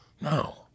No